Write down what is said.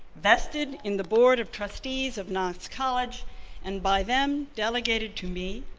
vested in the board of trustees of knox college and by them delegated to me,